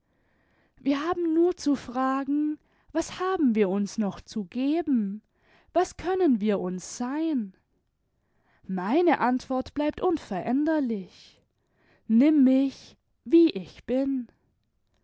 wir haben nur zu fragen was haben wir uns noch zu geben was können wir uns sein meine antwort bleibt unveränderlich nimm mich wie ich bin